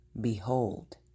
Behold